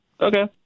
okay